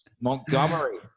Montgomery